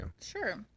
Sure